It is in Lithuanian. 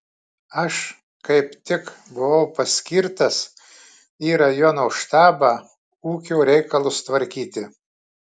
aš kaip tik buvau paskirtas į rajono štabą ūkio reikalus tvarkyti